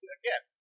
again